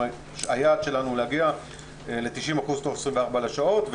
היעד שלנו הוא להגיע ל-90% תוך 24 שעות,